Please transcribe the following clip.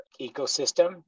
ecosystem